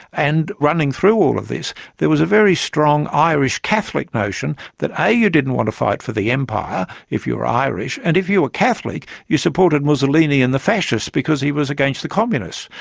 and running through all of this there was a very strong irish catholic notion that a you didn't want to fight for the empire if you were irish, and if you were catholic, you supported mussolini and the fascists, because he was against the communists.